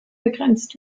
begrenzt